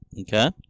Okay